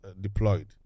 deployed